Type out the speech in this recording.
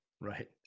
right